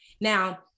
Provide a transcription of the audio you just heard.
Now